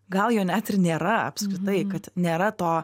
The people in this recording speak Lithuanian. gal jo net ir nėra apskritai kad nėra to